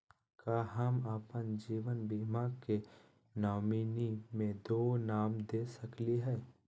का हम अप्पन जीवन बीमा के नॉमिनी में दो नाम दे सकली हई?